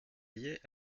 liée